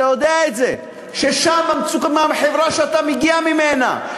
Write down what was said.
אתה יודע את זה מהחברה שאתה מגיע ממנה,